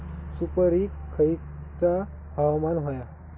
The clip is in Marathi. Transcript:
सुपरिक खयचा हवामान होया?